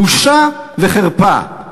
בושה וחרפה.